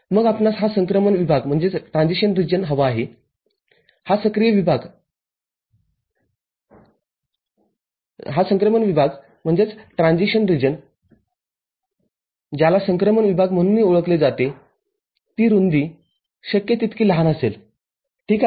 मग आपणास हा संक्रमण विभागहवा आहेहा सक्रिय विभागज्याला संक्रमण विभाग म्हणूनही ओळखले जाते ती रुंदी शक्य तितकी लहान असेल ठीक आहे